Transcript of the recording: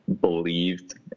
believed